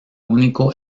único